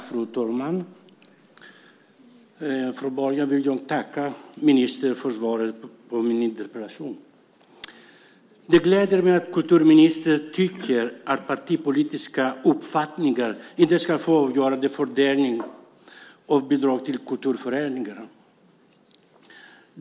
Fru talman! Jag vill tacka ministern för svaret på min interpellation. Det gläder mig att kulturministern tycker att partipolitiska uppfattningar inte ska få avgöra fördelningen av bidrag till kulturföreningar.